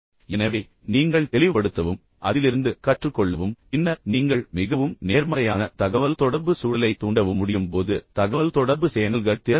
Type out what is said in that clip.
எனவே நீங்கள் தெளிவுபடுத்தவும் அதிலிருந்து கற்றுக்கொள்ளவும் பின்னர் நீங்கள் மிகவும் நேர்மறையான தகவல்தொடர்பு சூழலைத் தூண்டவும் முடியும் போது தகவல்தொடர்பு சேனல்கள் திறந்திருக்கும்